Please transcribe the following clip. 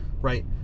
Right